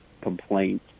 complaint